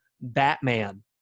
batman